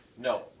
No